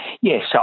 Yes